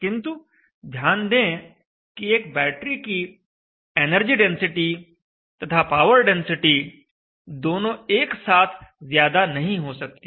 किंतु ध्यान दें कि एक बैटरी की एनर्जी डेंसिटी तथा पावर डेंसिटी दोनों एक साथ ज्यादा नहीं हो सकती